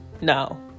no